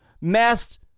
mass